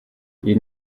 iyi